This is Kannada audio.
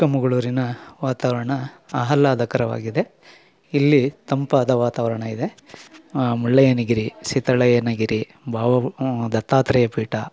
ಚಿಕ್ಕಮಗಳೂರಿನ ವಾತಾವರಣ ಆಹ್ಲಾದಕರವಾಗಿದೆ ಇಲ್ಲಿ ತಂಪಾದ ವಾತಾವರಣ ಇದೆ ಮುಳ್ಳಯ್ಯನ ಗಿರಿ ಸೀತಾಳಯ್ಯನ ಗಿರಿ ಬಾಬಾ ದತ್ತಾತ್ರೇಯ ಪೀಠ